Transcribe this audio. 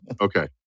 Okay